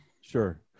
sure